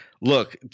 Look